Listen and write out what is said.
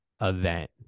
event